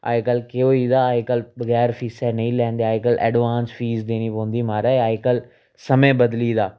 अज्जकल केह् होई गेदा अज्जकल बगैर फीसै नेईं लैंदे अज्जकल ऐडवांस फीस देनी पौंदी महाराज अज्जकल समें बदली गेदा